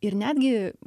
ir netgi